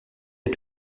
est